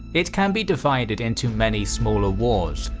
it can be divided into many smaller wars,